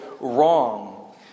wrong